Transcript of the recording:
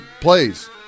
plays